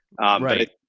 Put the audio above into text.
Right